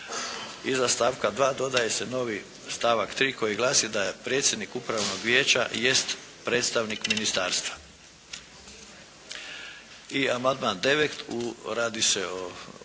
Iza stavka 2. dodaje se novi stavak 3. koji glasi: "da predsjednik upravnog vijeća jest predstavnik Ministarstva". I amandman 9. radi se o